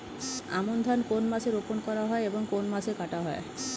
আমন ধান কোন মাসে রোপণ করা হয় এবং কোন মাসে কাটা হয়?